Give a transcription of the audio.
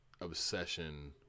obsession